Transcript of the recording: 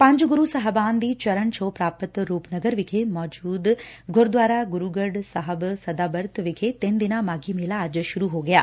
ਪੰਜ ਗੁਰੁ ਸਾਹਿਬਾਨਾਂ ਦੀ ਚਰਨ ਛੋਹ ਪ੍ਰਾਪਤ ਰੁਪਨਗਰ ਵਿਖੇ ਮੌਜੁਦ ਗੁਰਦੁਆਰਾ ਗੁਰੁਗੜ੍ ਸਾਹਿਬ ਸਦਾਬਰਤ ਵਿਖੇ ਤਿੰਨ ਦਿਨਾਂ ਮਾਘੀ ਮੇੱਲਾ ਅੱਜ ਤੋਂ ਸੁਰੁ ਹੋ ਗਿਐ